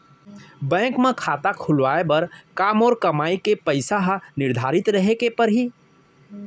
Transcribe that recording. Bank म खाता खुलवाये बर का मोर कमाई के पइसा ह निर्धारित रहे के पड़ही?